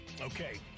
Okay